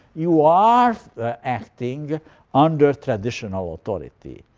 you are acting under traditional authority.